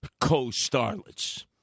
co-starlets